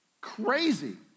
crazy